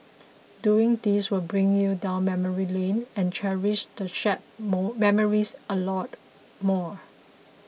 doing this will bring you down memory lane and cherish the shared more memories a lot more